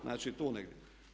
Znači tu negdje.